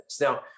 Now